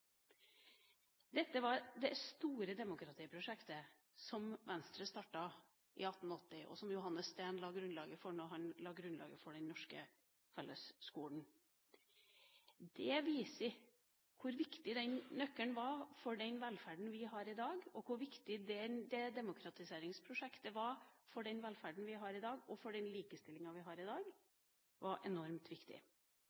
Dette var det store demokratiprosjektet som Venstre startet i 1880, og som Johannes Steen la grunnlaget for da han la grunnlaget for den norske fellesskolen. Det viser hvor viktig den nøkkelen var for velferden vi har i dag, og hvor enormt viktig det demokratiseringsprosjektet var for velferden og likestillinga vi har i dag. De barna som i dag ikke får utdanning rundt omkring i